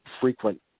frequent